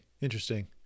interesting